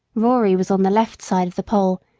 rory was on the left side of the pole,